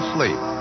Sleep